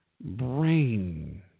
brain